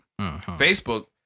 Facebook